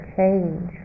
change